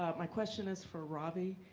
my question is for robby,